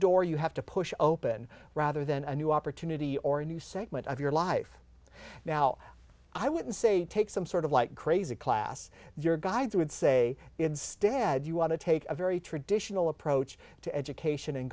door you have to push open rather than a new opportunity or a new segment of your life now i would say take some sort of like crazy class your guides would say instead you want to take a very traditional approach to education and